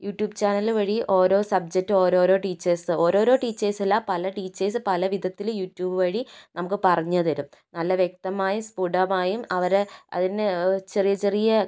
YouTube channel വഴി ഓരോ subject ഓരോരോ ടീച്ചേഴ്സ് ഓരോരോ ടീച്ചേഴ്സ് അല്ല പല ടീച്ചേഴ്സ് പലവിധത്തിൽ യൂട്യൂബ് വഴി നമുക്ക് പറഞ്ഞ് തരും നല്ല വ്യക്തമായി സ്ഫുടമായും അവർ അതു തന്നെ ചെറിയ ചെറിയ